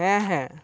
ᱦᱮᱸᱼᱦᱮᱸ